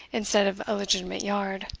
instead of a legitimate yard.